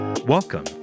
Welcome